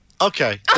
Okay